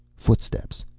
footsteps.